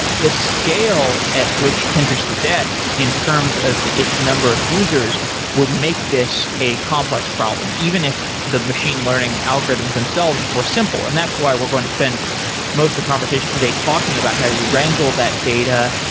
the scale at which pinterest is at in terms of its number of users would make this a complex problem, even if the machine learning algorithms themselves were simple, and that's why we're going to spend most of the conversation today talking about how you wrangle that data,